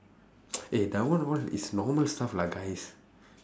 !hey! that one one is normal stuff lah guys